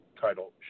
title